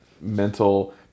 mental